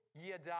yada